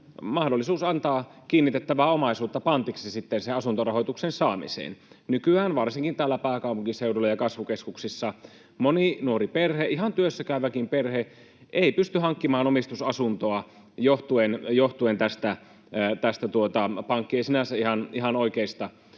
mahdollisuus antaa kiinnitettävää omaisuutta pantiksi sitten sen asuntorahoituksen saamiseen. Nykyään varsinkin täällä pääkaupunkiseudulla ja kasvukeskuksissa moni nuori perhe, ihan työssäkäyväkin perhe, ei pysty hankkimaan omistusasuntoa johtuen tästä pankkien sinänsä ihan oikeasta